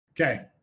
Okay